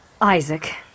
Isaac